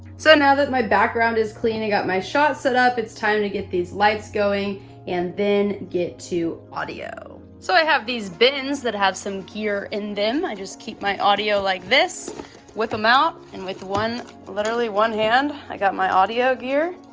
so now that my background is clean, i got my shot set up, it's time to get these lights going and then get to audio. so i have these bins that have some gear in them, i just keep my audio like this whip em out and with one, literally one hand i got my audio gear.